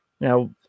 Now